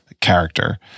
character